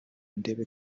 ndebe